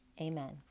Amen